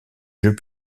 jeux